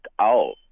out